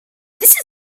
this